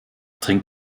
trink